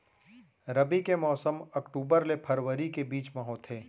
रबी के मौसम अक्टूबर ले फरवरी के बीच मा होथे